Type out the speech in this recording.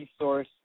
resource